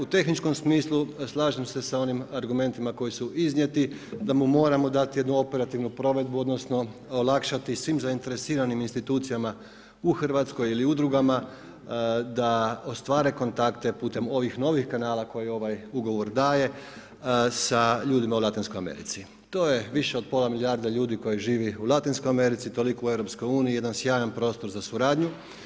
U tehničkom smislu, slažem se s onim argumentima koji su iznijeti, da mu moramo dati jednu operativnu provedbu, odnosno, olakšati svim zainteresiranim institucijama u Hrvatskoj ili u udrugama, da ostvare kontakte putem ovih novih kanala koji ovaj novi ugovor daje sa ljudima u Latinskoj Americi, to je više od pola milijarde ljudi koji žive u Latinskoj Americi, toliko u EU, jedan sjajan prostor za suradnju.